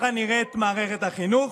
החליטה שמאוד מאוד דחוף להעביר את רשות החברות